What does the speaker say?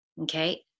Okay